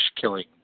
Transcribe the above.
killing